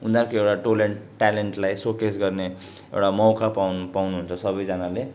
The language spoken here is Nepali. उनीहरूको एउटा ट्यालेन्ट ट्यालेन्टलाई सोकेस गर्ने एउटा मौका पाउनु पाउनु हुन्छ सबैजनाले